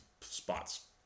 spots